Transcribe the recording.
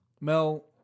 Mel